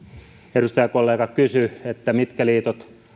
edustajakollega kysyi mitkä liitot